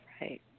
right